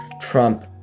Trump